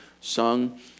sung